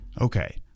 Okay